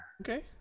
Okay